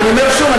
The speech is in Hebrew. ואני אומר שוב,